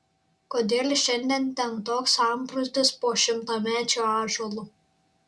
kodėl šiandien ten toks sambrūzdis po šimtamečiu ąžuolu